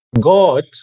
God